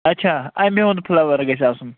اَچھا اَمبہِ ہُنٛد فٕلیور گَژھہِ آسُن